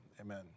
amen